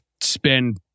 spend